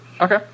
Okay